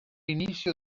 inicio